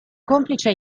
complice